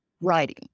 writing